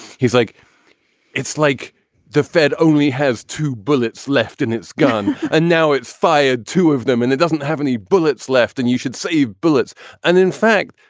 he's like it's like the fed only has two bullets left in its gun. and now it's fired two of them and it doesn't have any bullets left and you should save bullets and in fact,